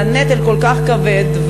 והנטל כל כך כבד.